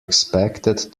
expected